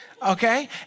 Okay